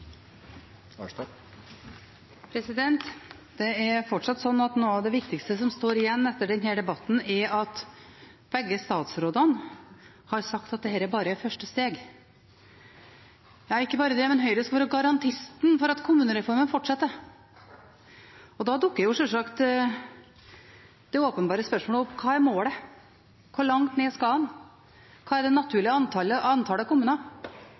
ettertid. Det er fortsatt slik at noe av det viktigste som står igjen etter denne debatten, er at begge statsrådene har sagt at dette bare er første steg. Ja, ikke bare det, men Høyre skulle være garantisten for at kommunereformen fortsetter. Da dukker sjølsagt det åpenbare spørsmålet opp: Hva er målet? Hvor langt ned skal man? Hva er det naturlige antallet kommuner?